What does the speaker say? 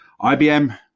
IBM